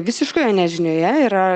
visiškoje nežinioje yra